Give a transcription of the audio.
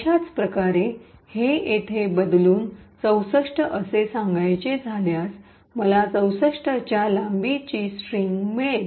अशाच प्रकारे हे येथे बदलून ६४ असे सांगायचे झाल्यास मला ६४ च्या लांबीची लेन्थ - length स्ट्रिंग मिळेल